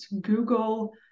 Google